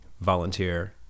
volunteer